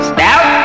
Stop